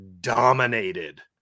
dominated